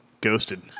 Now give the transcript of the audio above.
ghosted